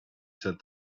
said